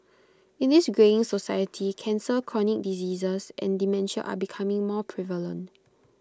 in this greying society cancer chronic diseases and dementia are becoming more prevalent